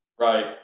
Right